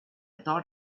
thought